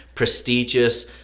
prestigious